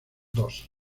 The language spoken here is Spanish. dos